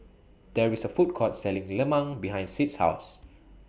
There IS A Food Court Selling Lemang behind Sid's House